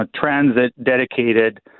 transit-dedicated